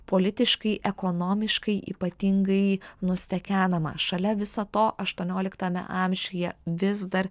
politiškai ekonomiškai ypatingai nustekenama šalia viso to aštuonioliktame amžiuje vis dar